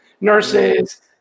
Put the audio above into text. nurses